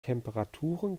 temperaturen